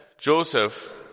Joseph